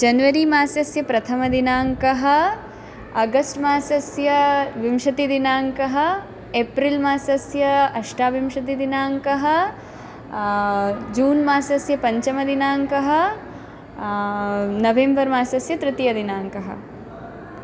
जन्वरी मासस्य प्रथमदिनाङ्कः अगस्ट् मासस्य विंशतिदिनाङ्कः एप्रिल् मासस्य अष्टाविंशतिदिनाङ्कः जून् मासस्य पञ्चमदिनाङ्कः नवेम्बर् मासस्य तृतीयदिनाङ्कः